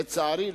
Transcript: לצערי,